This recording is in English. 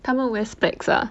他们 wear specs ah